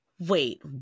Wait